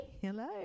Hello